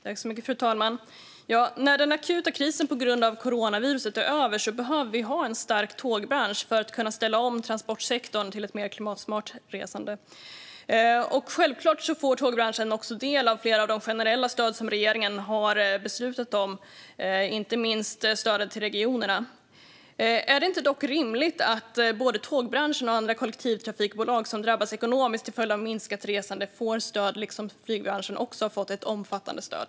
Fru talman! När den akuta krisen på grund av coronaviruset är över behöver vi ha en stark tågbransch för att kunna ställa om transportsektorn till ett mer klimatsmart resande. Självklart får tågbranschen också del av flera av de generella stöd som regeringen har beslutat om, inte minst stödet till regionerna. Är det dock inte rimligt att både tågbranschen och andra kollektivtrafikbolag som drabbas ekonomiskt till följd av minskat resande får stöd, på samma sätt som flygbranschen har fått ett omfattande stöd?